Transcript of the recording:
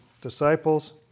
disciples